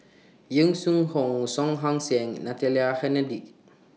Yong Shu Hoong Song Ong Siang and Natalie Hennedige